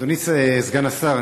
אדוני סגן השר,